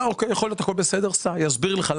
הוא יסביר לך.